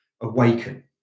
awaken